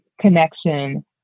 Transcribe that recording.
connection